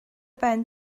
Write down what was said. ben